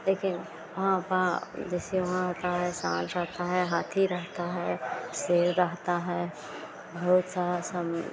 लेकिन वहाँ पर जैसे वहाँ होता है साँड़ रहता है हाथी रहता है शेर रहता है बहुत सारा सब